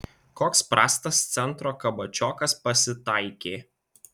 koks prastas centro kabačiokas pasitaikė